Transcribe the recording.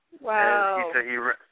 Wow